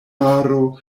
maro